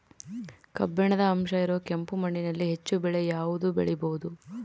ಕಬ್ಬಿಣದ ಅಂಶ ಇರೋ ಕೆಂಪು ಮಣ್ಣಿನಲ್ಲಿ ಹೆಚ್ಚು ಬೆಳೆ ಯಾವುದು ಬೆಳಿಬೋದು?